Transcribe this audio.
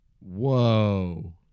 Whoa